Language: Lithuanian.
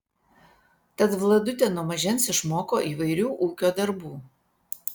tad vladutė nuo mažens išmoko įvairių ūkio darbų